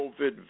COVID